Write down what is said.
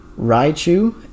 Raichu